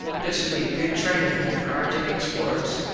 this would be a good trainin camp for artik explorers.